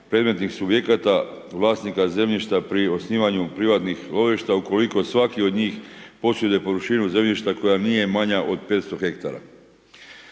predmetnih subjekata vlasnika zemljišta pri osnivanju privatnih lovišta ukoliko svaki od njih posjeduje površine zemljišta koja nije manja od 500 ha.